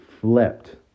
flipped